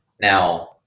Now